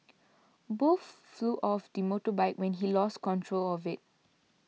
both flew off the motorbike when he lost control of it